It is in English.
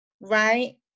right